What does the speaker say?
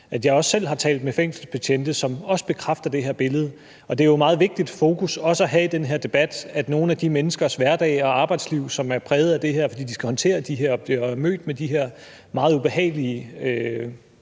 at jeg selv har talt med fængselsbetjente, som bekræfter det her billede. Det er jo også et meget vigtigt fokus at have i den her debat, at nogle af de menneskers hverdag og arbejdsliv er præget af det, fordi de skal håndtere det her og bliver mødt med de her meget ubehagelige